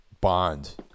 Bond